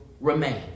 remain